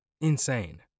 Insane